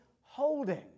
holding